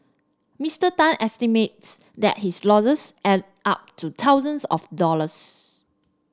Mister Tan estimates that his losses add up to thousands of dollars